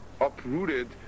uprooted